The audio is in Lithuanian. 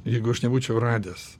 jeigu aš nebūčiau radęs